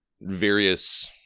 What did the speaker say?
various